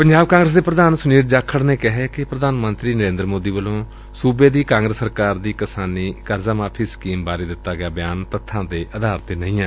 ਪੰਜਾਬ ਕਾਂਗਰਸ ਦੇ ਪ੍ਧਾਨ ਸੁਨੀਲ ਜਾਖੜ ਨੇ ਕਿਹੈ ਕਿ ਪ੍ਧਾਨ ਮੰਤਰੀ ਨਰੇਂਦਰ ਮੋਦੀ ਵੱਲੋਂ ਸੂਬੇ ਦੀ ਕਾਂਗਰਸ ਸਰਕਾਰ ਦੀ ਕਿਸਾਨੀ ਕਰਜ਼ਾ ਮਾਫ਼ੀ ਸਕੀਮ ਬਾਰੇ ਦਿੱਤਾ ਗਿਆ ਬਿਆਨ ਤੱਥਾਂ ਦੇ ਆਧਾਰ ਤੇ ਨਹੀਂ ਏ